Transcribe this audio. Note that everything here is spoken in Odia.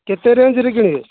କେତେ ରେଞ୍ଜ୍ରେ କିଣିବେ